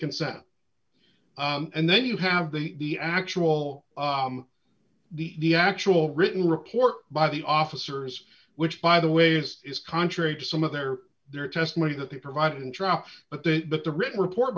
consent and then you have the actual the actual written report by the officers which by the way this is contrary to some of their their testimony that they provided and dropped but the but the written report